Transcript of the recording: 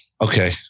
okay